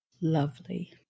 Lovely